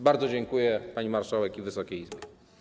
Bardzo dziękuję pani marszałek i Wysokiej Izbie.